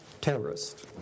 terrorists